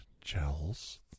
gels